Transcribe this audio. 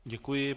Děkuji.